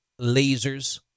lasers